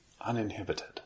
uninhibited